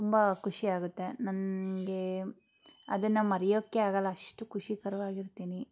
ತುಂಬ ಖುಷಿ ಆಗುತ್ತೆ ನನಗೆ ಅದನ್ನು ಮರೆಯೋಕ್ಕೆ ಆಗೋಲ್ಲ ಅಷ್ಟು ಖುಷಿಕರ್ವಾಗಿರ್ತೀನಿ